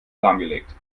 lahmgelegt